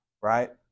right